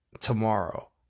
tomorrow